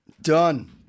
done